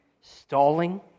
stalling